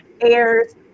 airs